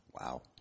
Wow